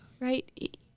Right